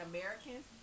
Americans